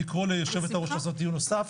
לקרוא ליושבת-הראש לעשות דיון נוסף.